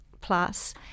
plus